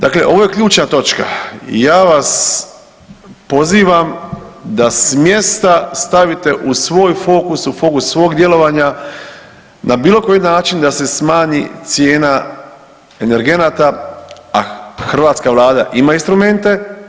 Dakle, ovo je ključna točka i ja vas pozivam da smjesta stavite u svoj fokus u fokus svog djelovanja na bilo koji način da se smanji cijena energenata, a hrvatska Vlada ima instrumente.